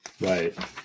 Right